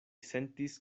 sentis